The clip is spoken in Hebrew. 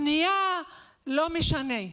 בנייה, לא משנה.